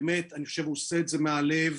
ובאמת עושה את זה מהלב.